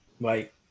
Right